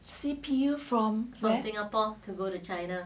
C_P_U from